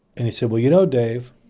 it. he said, well, you know, dave,